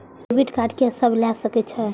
Debit card के सब ले सके छै?